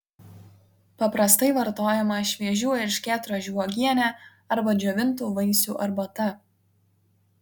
paprastai vartojama šviežių erškėtrožių uogienė arba džiovintų vaisių arbata